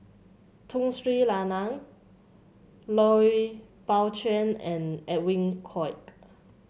Tun Sri Lanang Lui Pao Chuen and Edwin Koek